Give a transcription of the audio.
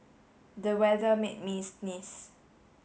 the weather made me sneeze